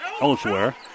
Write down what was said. elsewhere